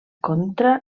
contra